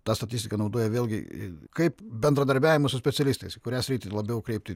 tą statistiką naudoja vėlgi kaip bendradarbiavimą su specialistais į kurią sritį labiau kreipti